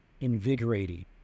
invigorating